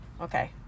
okay